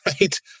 right